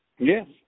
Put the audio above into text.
Yes